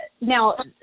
Now